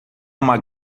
uma